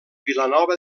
vilanova